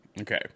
okay